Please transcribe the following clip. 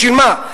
בשביל מה?